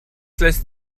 lässt